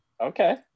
okay